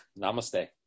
Namaste